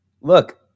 look